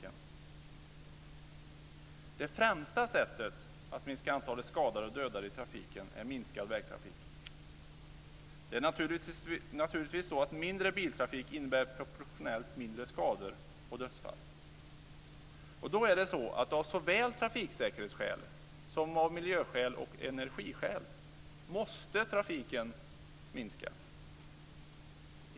Det främsta sättet att minska antalet skadade och dödade i trafiken är minskad vägtrafik. Det är naturligtvis så att mindre biltrafik innebär proportionellt mindre skador och dödsfall. Av såväl trafiksäkerhetsskäl som miljö och energiskäl måste trafiken minska.